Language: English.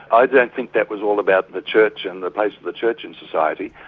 i don't think that was all about the church and the place of the church in society.